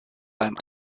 beim